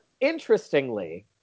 interestingly